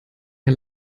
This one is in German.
mir